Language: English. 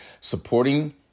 Supporting